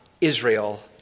Israel